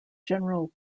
general